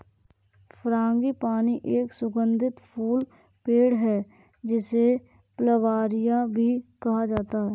frangipani एक सुगंधित फूल पेड़ है, जिसे प्लंबरिया भी कहा जाता है